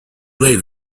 late